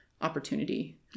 opportunity